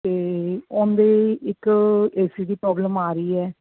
ਅਤੇ ਉਹਦੀ ਇੱਕ ਏ ਸੀ ਦੀ ਪ੍ਰੋਬਲਮ ਆ ਰਹੀ ਹੈ